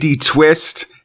twist